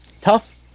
Tough